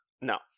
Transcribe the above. no